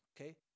Okay